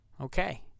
okay